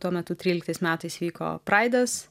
tuo metu tryliktais metais vyko praidas